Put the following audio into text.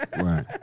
Right